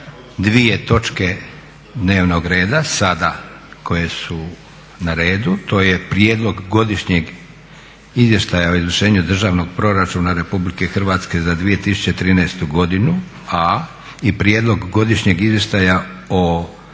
dvije točke dnevnog reda, sada koje su na redu. To je: - a)Prijedlog godišnjeg izvještaja o izvršenju državnog proračuna RH za 2014.godinu. - b)Prijedlog godišnjeg izvještaja o